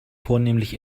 vornehmlich